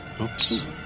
Oops